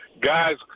Guys